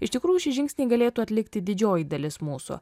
iš tikrųjų šį žingsnį galėtų atlikti didžioji dalis mūsų